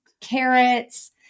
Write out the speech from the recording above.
carrots